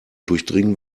durchdringen